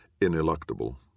ineluctable